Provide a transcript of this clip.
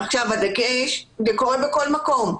זה קורה בכל מקום,